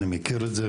אני מכיר את זה,